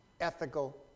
ethical